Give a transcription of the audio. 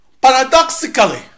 Paradoxically